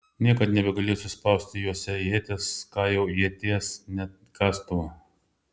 niekad nebegalėsiu spausti juose ieties ką jau ieties net kastuvo